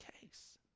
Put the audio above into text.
case